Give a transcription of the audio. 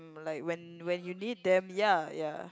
like when when you need them ya ya